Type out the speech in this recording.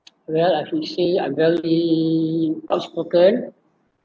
well I appreciate I very outspoken